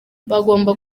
bagomba